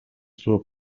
estuvo